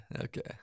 Okay